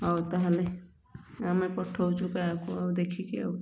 ହଉ ତାହେଲେ ଆମେ ପଠଉଛୁ କାହାକୁ ଦେଖିକି ଆଉ